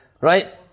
Right